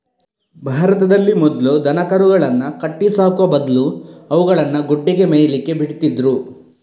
ಭಾರತದಲ್ಲಿ ಮೊದ್ಲು ದನಕರುಗಳನ್ನ ಕಟ್ಟಿ ಸಾಕುವ ಬದ್ಲು ಅವುಗಳನ್ನ ಗುಡ್ಡೆಗೆ ಮೇಯ್ಲಿಕ್ಕೆ ಬಿಡ್ತಿದ್ರು